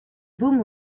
boom